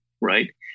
right